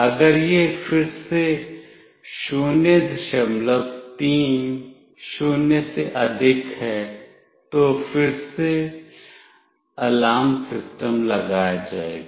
अगर यह फिर से 030 से अधिक है तो फिर से अलार्म सिस्टम लगाया जाएगा